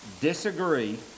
disagree